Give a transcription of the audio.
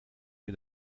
wir